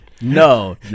no